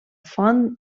font